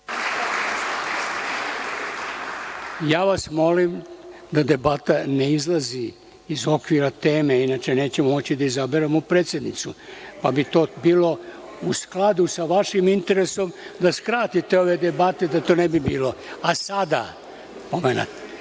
Ja vas molim da debata ne izlazi iz okvira teme, inače nećemo moći da izaberemo predsednicu, pa bi to bilo u skladu sa vašim interesom da skratite ove debate da to ne bi bilo.A sada dajem